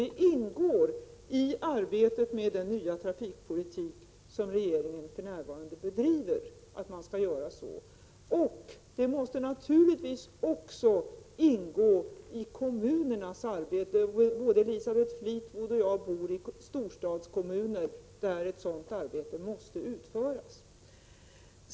Detta ingår i det arbete med en ny trafikpolitik som regeringen för 87 närvarande bedriver. Naturligtvis måste detta också ingå i kommunernas arbete. Både Elisabeth Fleetwood och jag bor i storstadskommuner, där ett sådant arbete måste utföras.